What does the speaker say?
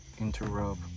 interrupt